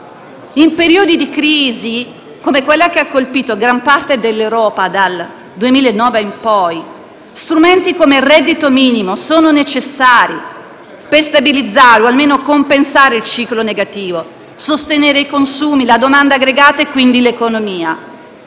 In periodi di crisi, come quella che ha colpito gran parte dell'Europa dal 2009 in poi, strumenti come il reddito minimo sono necessari per stabilizzare o almeno compensare il ciclo negativo, sostenere i consumi, la domanda aggregata e quindi l'economia,